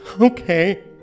Okay